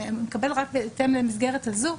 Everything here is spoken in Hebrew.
הוא מקבל רק בהתאם למסגרת הזו,